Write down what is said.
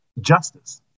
justice